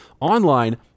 online